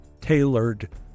tailored